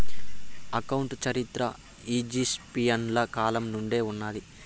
account చరిత్ర ఈజిప్షియన్ల కాలం నుండే ఉన్నాది